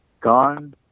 Gone